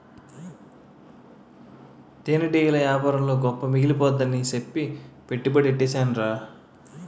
తేనెటీగల యేపారంలో గొప్ప మిగిలిపోద్దని సెప్పి పెట్టుబడి యెట్టీసేనురా